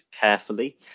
carefully